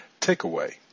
Takeaway